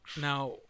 Now